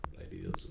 ideas